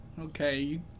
Okay